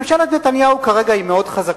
ממשלת נתניהו כרגע היא מאוד חזקה,